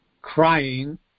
crying